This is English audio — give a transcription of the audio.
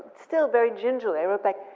still very gingerly, i wrote back,